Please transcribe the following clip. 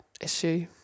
issue